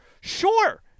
Sure